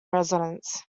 residents